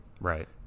Right